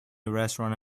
restaurant